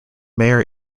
mayor